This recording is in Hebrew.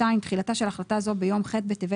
תחילה2.תחילתה של החלטה זו ביום ח' בטבת